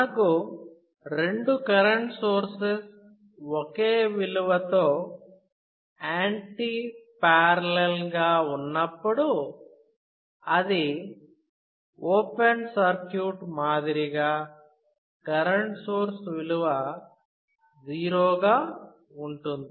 మనకు రెండు current sources ఒకే విలువతో యాంటి పార్లల్ గా ఉన్నప్పుడు అది ఓపెన్ సర్క్యూట్ మాదిరిగా కరెంట్ సోర్స్ విలువ 0 గా ఉంటుంది